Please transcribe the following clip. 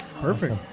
Perfect